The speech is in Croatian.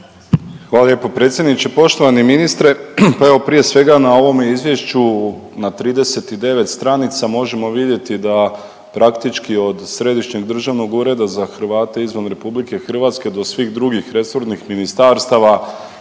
Hvala lijepo predsjedniče. Poštovani ministre. Pa evo prije svega na ovome izvješću na 39 stranicama možemo vidjeti da praktički od Središnjeg državnog ureda za Hrvatske izvan RH do svih drugih resornih ministarstava